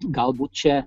galbūt čia